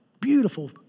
Beautiful